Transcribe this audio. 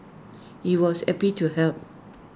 he was happy to help